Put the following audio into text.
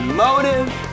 motive